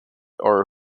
horror